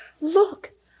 Look